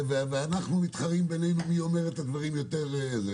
ואנחנו מתחרים ביננו מי אומר את הדברים יותר וכולי.